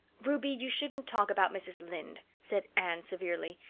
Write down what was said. ruby, you shouldn't talk about mrs. lynde, said anne severely.